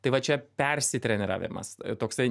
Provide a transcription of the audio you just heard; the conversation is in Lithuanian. tai va čia persitreniravimas toksai